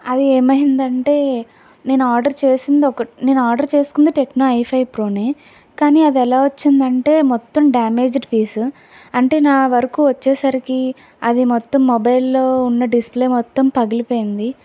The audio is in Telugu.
అది ఏమైందంటే నేను ఆర్డర్ చేసింది ఒకట్ నేను ఆర్డర్ చేసుకుంది టెక్నో ఐ ఫైవ్ ప్రోనే అది ఎలా వచ్చిందంటే మొత్తం డ్యామేజ్డ్ పీస్ అంటే నా వరకు వచ్చేసరికి అది మొత్తం మొబైల్లో ఉన్న డిస్ప్లే మొత్తం పగిలిపోయింది